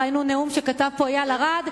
ראינו נאום שכתב פה איל ארד,